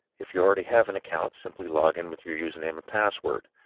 if you already have an account, simply log in with your username and password.